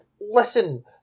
listen